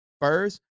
first